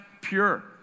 pure